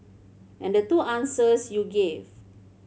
and the two answers you gave